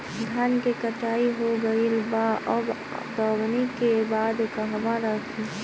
धान के कटाई हो गइल बा अब दवनि के बाद कहवा रखी?